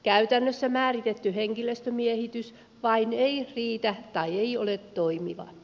käytännössä määritetty henkilöstömiehitys vain ei riitä tai ei ole toimiva